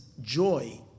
joy